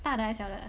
大的还是小的